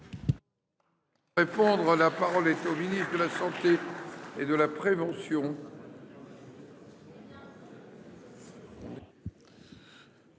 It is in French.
La parole est à M. le ministre de la santé et de la prévention.